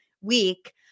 week